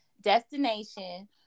destination